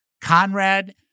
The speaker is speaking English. Conrad